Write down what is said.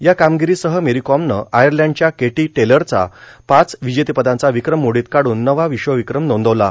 या कामगिरीसह मेरीकॉमनं आयर्लंडच्या केटी टेलरचा पाच विजेतेपदांचा विक्रम मोडीत काढत नवा विश्वविक्रम नोंदवला आहे